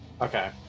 Okay